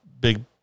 big